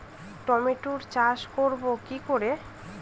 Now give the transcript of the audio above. টমেটোর চাষ করব কি করে?